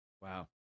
Wow